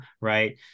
right